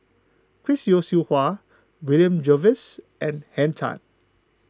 Chris Yeo Siew Hua William Jervois and Henn Tan